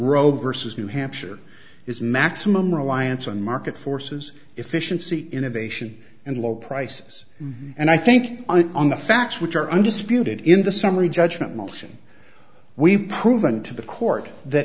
roe versus new hampshire is maximum reliance on market forces efficiency innovation and low prices and i think an on the facts which are undisputed in the summary judgment motion we've proven to the court that